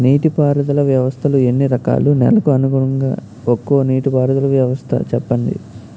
నీటి పారుదల వ్యవస్థలు ఎన్ని రకాలు? నెలకు అనుగుణంగా ఒక్కో నీటిపారుదల వ్వస్థ నీ చెప్పండి?